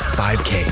5k